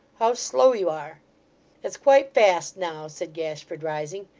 how slow you are it's quite fast now said gashford, rising.